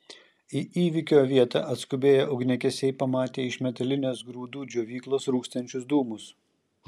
į įvykio vietą atskubėję ugniagesiai pamatė iš metalinės grūdų džiovyklos rūkstančius dūmus